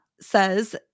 says